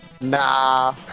Nah